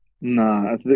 Nah